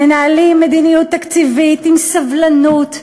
מנהלים מדיניות תקציבית עם סבלנות,